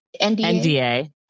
NDA